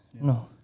No